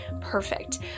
perfect